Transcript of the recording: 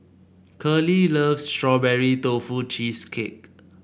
curley loves Strawberry Tofu Cheesecake